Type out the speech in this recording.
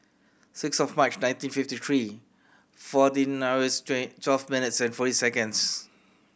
six of March nineteen fifty three fourteen hours twelve minutes and forty seconds